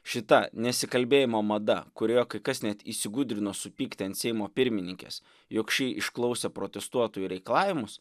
šita nesikalbėjimo mada kurioje kai kas net įsigudrino supykti ant seimo pirmininkės jog ši išklausė protestuotojų reikalavimus